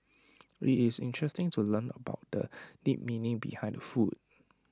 IT is interesting to learn about the deeper meaning behind the food